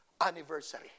anniversary